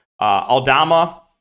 Aldama